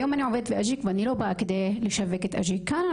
היום אני עובדת באג'יק ואני לא באה כדי לשווק את אג'יק כאן,